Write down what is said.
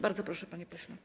Bardzo proszę, panie pośle.